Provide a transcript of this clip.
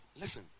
listen